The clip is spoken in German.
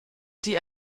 die